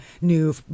new